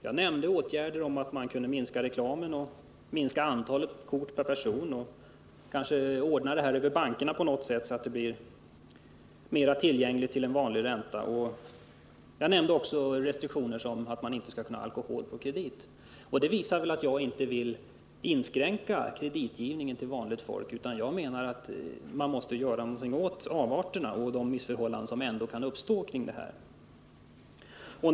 Jag nämnde åtgärder sådana som att man kunde minska reklamen, minska antalet kort per person och kanske ordna krediterna över bankerna på något sätt så att de blir tillgängliga till en mer normal ränta. Jag nämnde också restriktioner som att man inte skall kunna köpa alkohol på kredit. Detta visar väl att jag inte vill inskränka kreditgivningen till vanligt folk, utan vad jag menar är att man måste göra något åt avarterna och de missförhållanden som ändå kan uppstå kring kontokorten.